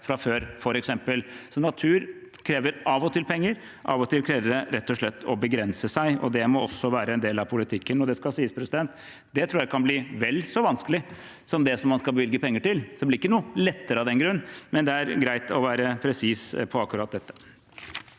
fra før. Natur krever av og til penger, og av og til kreves det å begrense seg. Det må også være en del av politikken. Det skal sies at jeg tror det kan bli vel så vanskelig som det man skal bevilge penger til, så det blir ikke noe lettere av den grunn, men det er greit å være presis på akkurat dette.